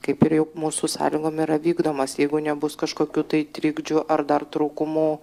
kaip ir jau mūsų sąlygom yra vykdomas jeigu nebus kažkokių tai trikdžių ar dar trūkumų